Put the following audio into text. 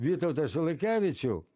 vytautą žalakevičių